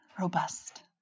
Robust